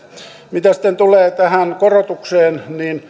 mitä sitten tulee tähän korotukseen niin